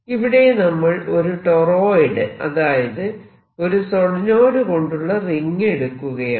ഇവിടെ നമ്മൾ ഒരു ടോറോയ്ഡ് അതായത് ഒരു സോളിനോയിഡ് കൊണ്ടുള്ള റിംഗ് എടുക്കുകയാണ്